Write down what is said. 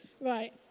Right